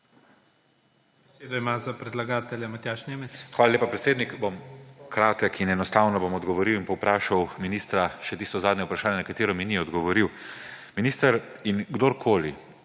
Hvala lepa, predsednik. Bom kratek in enostavno bom odgovoril in povprašal ministra še tisto zadnje vprašanje, na katero mi ni odgovoril. Minister in kdorkoli,